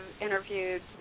interviewed